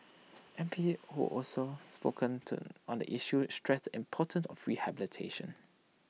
M P who also spoken on the issue stressed the importance of rehabilitation